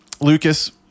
Lucas